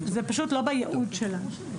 זה פשוט לא בייעוד שלנו.